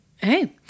Hey